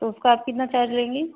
तो उसका आप कितना चार्ज लेंगी